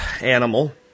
animal